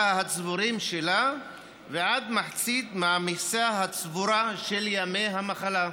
הצבורים שלה ועד מחצית מהמכסה הצבורה של ימי המחלה,